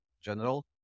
general